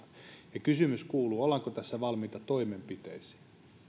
kysymys kuuluu ollaanko tässä valmiita toimenpiteisiin